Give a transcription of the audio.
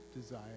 desire